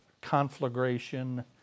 conflagration